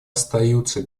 остаются